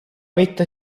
vetta